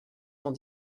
cent